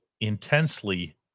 intensely